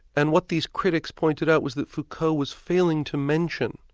and what these critics pointed out was that foucault was failing to mention,